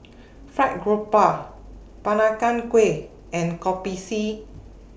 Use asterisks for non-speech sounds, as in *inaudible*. *noise* *noise* Fried Garoupa Peranakan Kueh and Kopi C